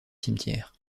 cimetière